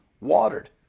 watered